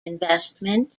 investment